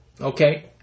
okay